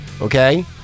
Okay